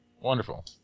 Wonderful